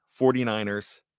49ers